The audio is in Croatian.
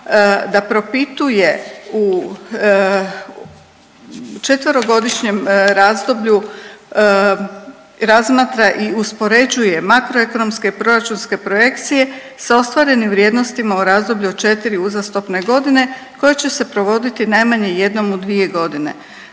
da propituje u četverogodišnjem razdoblju razmatra i uspoređuje makroekonomske proračunske projekcije sa ostvarenim vrijednostima u razdoblju od četiri uzastopne godine koje će se provoditi najmanje jednom u dvije godine.